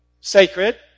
Sacred